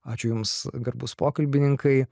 ačiū jums garbūs pokalbininkai